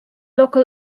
local